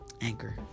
Anchor